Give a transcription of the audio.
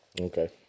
Okay